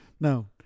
No